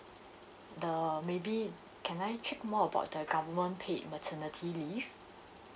the maybe can I check more about the government paid maternity leave